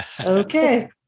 Okay